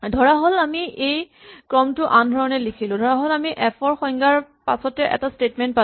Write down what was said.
ধৰাহ'ল আমি এই ক্ৰমটো আন ধৰণে লিখিলো ধৰাহ'ল আমি এফ ৰ সংজ্ঞাৰ পাছতে এই স্টেটমেন্ট টো পালো